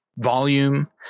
volume